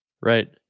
Right